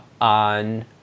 on